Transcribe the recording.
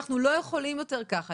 אנחנו לא יכולים יותר ככה.